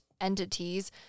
entities